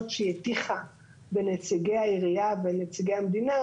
שהיא הטיחה בנציגי העירייה ובנציגי המדינה,